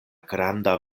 granda